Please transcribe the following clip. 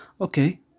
Okay